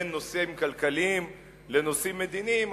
בין נושאים כלכליים לנושאים מדיניים,